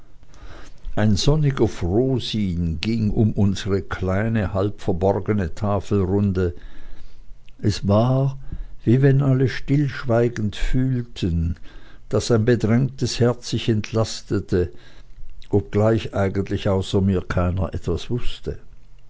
ein sonniger frohsinn ging um unsere kleine halb verborgene tafelrunde es war wie wenn alle stillschweigend fühlten daß ein bedrängtes herz sich entlastete obgleich eigentlich außer mir keiner etwas wußte